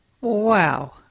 Wow